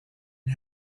and